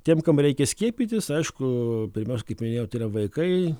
tiem kam reikia skiepytis aišku pirmiausia kaip minėjau tai yra vaikai